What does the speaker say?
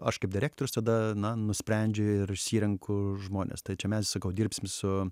aš kaip direktorius tada na nusprendžiu ir išsirenku žmones tai čia mes sakau dirbsim su